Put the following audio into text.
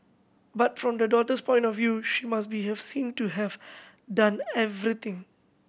but from the daughter's point of view she must be have seen to have done everything